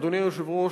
אדוני היושב-ראש,